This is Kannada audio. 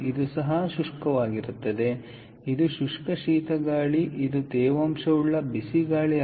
ಇದು ಸಹ ಶುಷ್ಕವಾಗಿರುತ್ತದೆ ಆದರೆ ಇದು ಶುಷ್ಕ ಶೀತ ಗಾಳಿ ಇದು ತೇವಾಂಶವುಳ್ಳ ಬಿಸಿ ಗಾಳಿ